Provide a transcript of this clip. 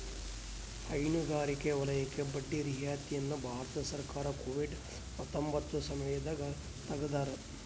ಹೈನುಗಾರಿಕೆ ವಲಯಕ್ಕೆ ಬಡ್ಡಿ ರಿಯಾಯಿತಿ ನ ಭಾರತ ಸರ್ಕಾರ ಕೋವಿಡ್ ಹತ್ತೊಂಬತ್ತ ಸಮಯದಾಗ ತೆಗ್ದಾರ